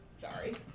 Sorry